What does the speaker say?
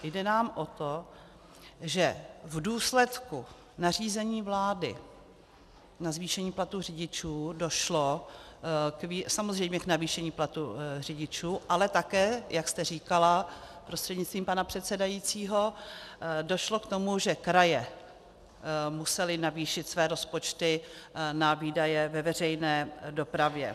Jde nám o to, že v důsledku nařízení vlády na zvýšení platů řidičů došlo samozřejmě k navýšení platů řidičů, ale také, jak jste říkala prostřednictvím pana předsedajícího, došlo k tomu, že kraje musely navýšit své rozpočty na výdaje ve veřejné dopravě.